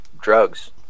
drugs